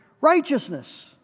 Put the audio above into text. righteousness